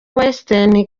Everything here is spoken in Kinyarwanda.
western